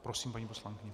Prosím, paní poslankyně.